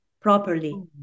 properly